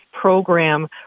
program